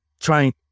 trying